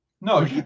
No